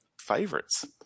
favorites